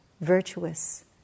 virtuous